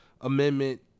amendment